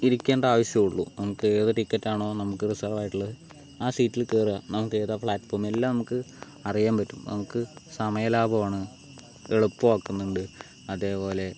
ഇരിക്കണ്ട ആവശ്യം ഉള്ളൂ നമുക്ക് ഏത് ടിക്കറ്റ് ആണോ നമുക്ക് റിസർവ് ആയിട്ടുള്ളത് ആ സീറ്റിൽ കയറുക നമുക്ക് ഏതാണ് ഫ്ലാറ്റ്ഫോം എല്ലാം നമുക്ക് അറിയാൻ പറ്റും നമുക്ക് സമയലാഭമാണ് എളുപ്പം ആക്കുന്നുണ്ട് അതേപോലെ